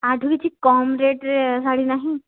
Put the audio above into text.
ତା'ଠୁ କିଛି କମ୍ ରେଟ୍ରେ ଶାଢ଼ୀ ନାହିଁ